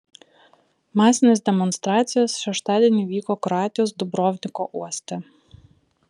masinės demonstracijos šeštadienį vyko kroatijos dubrovniko uoste